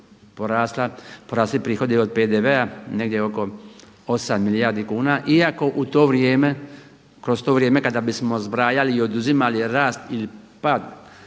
porasli prihodi od PDV-a negdje oko 8 milijardi kuna iako u to vrijeme, kroz to vrijeme kada bismo zbrajali i oduzimali rast ili pad